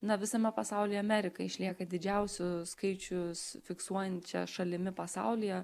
na visame pasaulyje amerika išlieka didžiausiu skaičius fiksuojančia šalimi pasaulyje